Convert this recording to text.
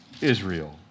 Israel